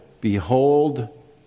behold